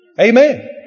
Amen